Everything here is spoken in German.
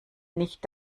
nicht